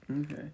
Okay